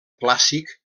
clàssic